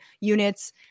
units